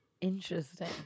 Interesting